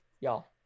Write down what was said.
y'all